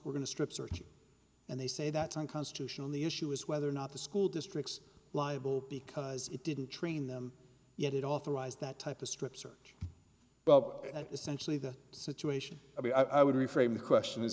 were going to strip search and they say that's unconstitutional the issue is whether or not the school district's liable because it didn't train them yet it authorized that type of strip search but essentially the situation i mean i would reframe the question is